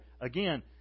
Again